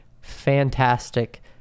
fantastic